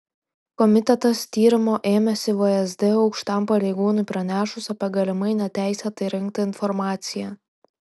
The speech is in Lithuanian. komitetas tyrimo ėmėsi vsd aukštam pareigūnui pranešus apie galimai neteisėtai rinktą informaciją